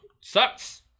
Sucks